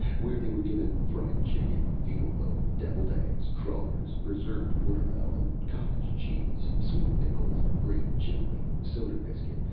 where they were given fried chicken, veal loaf, deviled eggs, crullers, preserved watermelon, cottage cheese, sweet pickles, grape jelly, soda biscuit,